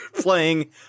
playing